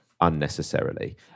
unnecessarily